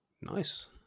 nice